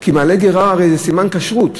כי מעלה גרה, הרי זה סימן כשרות.